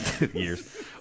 years